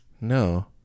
No